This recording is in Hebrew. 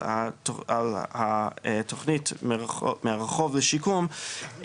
על התוכנית מהרחוב לשיקום,